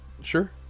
Sure